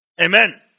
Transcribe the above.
Amen